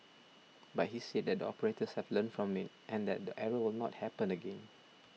but he said that the operators have learnt from it and that the error will not happen again